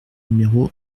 numéro